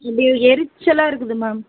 அப்படியே எரிச்சலாக இருக்குது மேம்